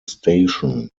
station